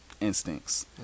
instincts